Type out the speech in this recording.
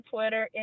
Twitter